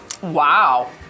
Wow